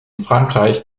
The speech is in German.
frankreich